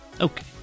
Okay